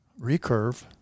recurve